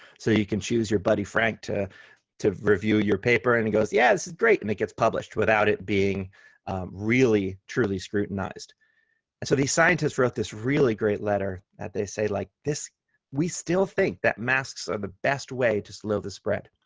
so you can choose your buddy frank to to review your paper, and he goes, yeah, this is great and it gets published without it being really truly scrutinized and so the scientists wrote this really great letter that they say like, we still think that masks are the best way to slow the spread.